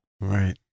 Right